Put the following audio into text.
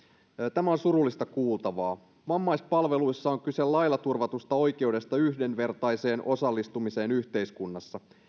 tämä on surullista kuultavaa vammaispalveluissa on kyse lailla turvatusta oikeudesta yhdenvertaiseen osallistumiseen yhteiskunnassa